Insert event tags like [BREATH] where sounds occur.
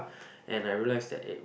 [BREATH] and I realise that eh